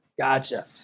gotcha